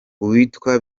uwitwa